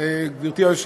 ואין נמנעים.